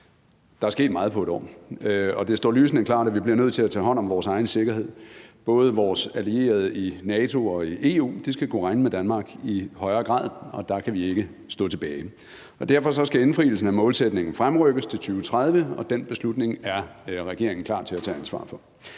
Der er sket meget på et år, og det står lysende klart, at vi bliver nødt til at tage hånd om vores egen sikkerhed. Både vores allierede i NATO og EU skal kunne regne med Danmark i højere grad, og der kan vi ikke stå tilbage. Derfor skal indfrielsen af målsætningen fremrykkes til 2030, og den beslutning er regeringen klar til at tage ansvaret for.